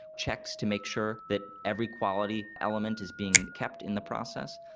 checks to make sure that every quality element is being kept in the process,